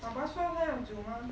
爸爸说他想煮吗